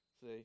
see